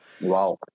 Wow